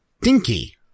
DINKY